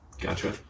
Gotcha